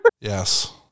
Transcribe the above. Yes